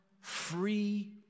free